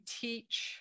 teach